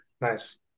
nice